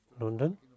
London